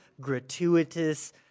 gratuitous